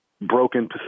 broken